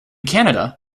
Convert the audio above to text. canada